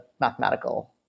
mathematical